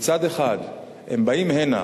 מצד אחד הם באים הנה